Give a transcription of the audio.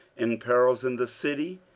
in perils in the city,